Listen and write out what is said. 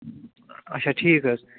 اچھا ٹھیٖک حظ